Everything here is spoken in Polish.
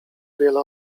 wiele